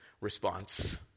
response